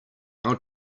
our